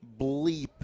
bleep